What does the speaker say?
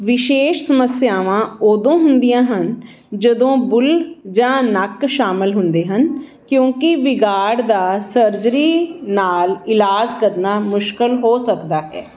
ਵਿਸ਼ੇਸ਼ ਸਮੱਸਿਆਵਾਂ ਉਦੋਂ ਹੁੰਦੀਆਂ ਹਨ ਜਦੋਂ ਬੁੱਲ੍ਹ ਜਾਂ ਨੱਕ ਸ਼ਾਮਲ ਹੁੰਦੇ ਹਨ ਕਿਉਂਕਿ ਵਿਗਾੜ ਦਾ ਸਰਜਰੀ ਨਾਲ ਇਲਾਜ ਕਰਨਾ ਮੁਸ਼ਕਿਲ ਹੋ ਸਕਦਾ ਹੈ